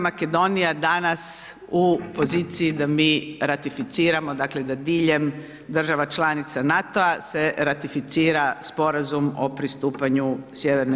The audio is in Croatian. Makedonija danas u poziciji da mi ratificiramo, da diljem država članica NATO-a se ratificira sporazum o pristupanju Sj.